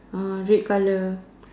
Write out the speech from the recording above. red colour